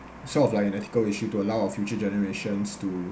sort of like an ethical issue to allow our future generations to